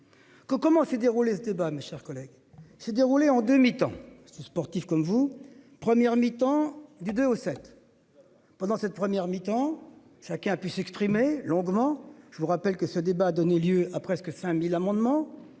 comment s'est déroulé le débat. Mes chers collègues s'est déroulée en 2 mi-temps sportif comme vous. Première mi-temps du deux au sept. Pendant cette première temps chacun puisse s'exprimer longuement. Je vous rappelle que ce débat a donné lieu à presque 5000 amendements